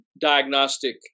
diagnostic